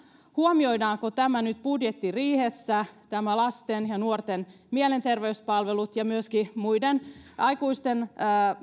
huomioidaanko nyt budjettiriihessä nämä lasten ja nuorten mielenterveyspalvelut ja myöskin muiden aikuisten